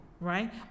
right